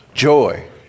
Joy